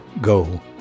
go